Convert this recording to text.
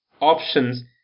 options